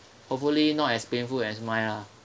hopefully not as painful as mine ah